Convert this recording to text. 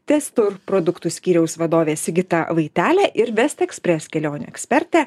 testur produktų skyriaus vadovė sigita vaitelė ir best ekspres kelionių ekspertė